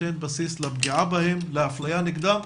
נותן בסיס לפגיעה בהם, לאפליה נגדם.